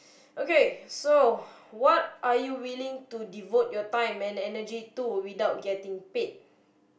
okay so what are you willing to devote your time and energy to without getting paid